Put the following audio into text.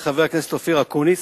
לחבר הכנסת אופיר אקוניס,